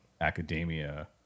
academia